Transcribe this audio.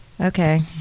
Okay